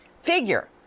figure